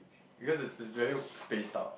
because is is very spaced out